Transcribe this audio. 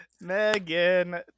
Megan